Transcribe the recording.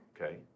Okay